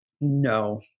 No